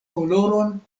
koloron